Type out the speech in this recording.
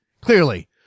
clearly